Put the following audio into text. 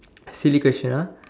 silly question ah